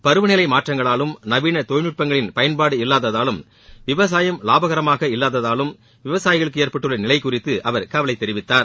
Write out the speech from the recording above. பருவநிலை மாற்றங்களாலும் நவீன தொழில்நுட்பங்களின் பயன்பாடு இல்லாததாலும் விவசாயம் லாபகரமாக இல்லாததால் விவசாயிகளுக்கு ஏற்பட்டுள்ள நிலை குறித்து அவர் கவலை தெரிவித்தார்